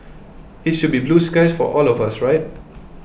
it should be blue skies for all of us right